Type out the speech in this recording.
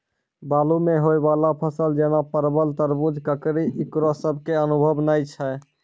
बालू मे होय वाला फसल जैना परबल, तरबूज, ककड़ी ईकरो सब के अनुभव नेय छै?